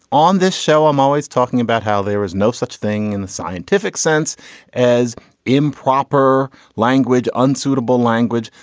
on this show, i'm always talking about how there is no such thing in the scientific sense as improper language, unsuitable language,